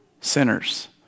sinners